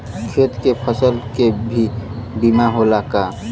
खेत के फसल के भी बीमा होला का?